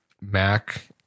Mac